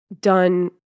done